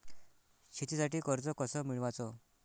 शेतीसाठी कर्ज कस मिळवाच?